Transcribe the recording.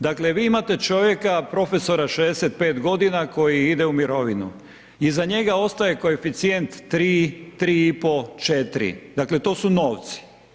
Dakle vi imate čovjeka, profesora 65 g. koji ide u mirovinu, iza njega ostaje koeficijent 3, 3,5, 4, dakle to su novci.